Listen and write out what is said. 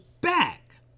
back